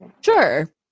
Sure